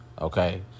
okay